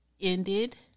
ended